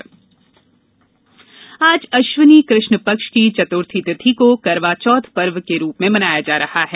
करवाचौथ आज अश्विनी कृष्णपक्ष की चतुर्थी तिथि को करवाचौथ पर्व के रूप में मनाया जा रहा है